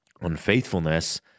unfaithfulness